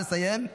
נא לסיים.